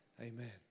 Amen